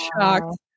shocked